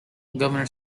governor